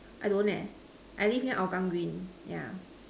I don't I live in Hougang green